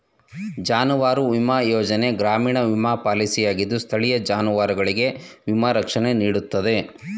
ಜಾನುವಾರು ವಿಮಾ ಯೋಜನೆ ಗ್ರಾಮೀಣ ವಿಮಾ ಪಾಲಿಸಿಯಾಗಿದ್ದು ಸ್ಥಳೀಯ ಜಾನುವಾರುಗಳಿಗೆ ವಿಮಾ ರಕ್ಷಣೆಯನ್ನು ನೀಡ್ತದೆ